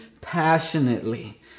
passionately